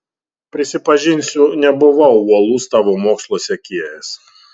prisipažinsiu nebuvau uolus tavo mokslo sekėjas